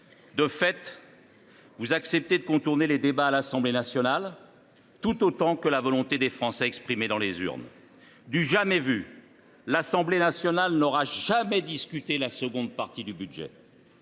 De fait, vous acceptez de contourner les débats à l’Assemblée nationale et, du même coup, la volonté des Français exprimée dans les urnes. C’est du jamais vu : l’Assemblée nationale n’aura à aucun moment discuté la seconde partie du budget